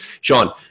Sean